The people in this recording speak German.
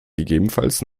gegebenenfalls